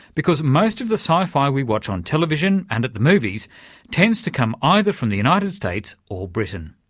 because most of the sci-fi we watch on television and at the movies tends to come either from the united states or britain.